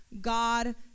God